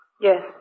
Yes